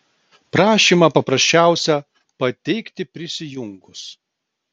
prašymą paprasčiausia pateikti prisijungus